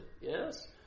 Yes